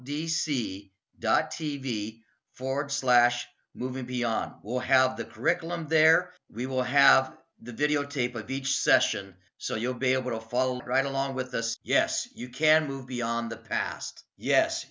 d c dot tv forward slash moving beyond will have the curriculum there we will have the videotape of each session so you'll be able to follow right along with us yes you can move beyond the past yes